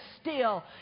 steal